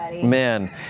Man